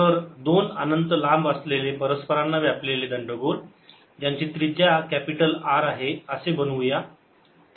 तर दोन अनंत लांब असलेले परस्परांना व्यापलेले दंडगोल ज्यांची त्रिज्या कॅपिटल R आहे असे बनवूया